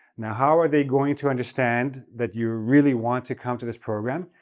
now, how are they going to understand that you really want to come to this program?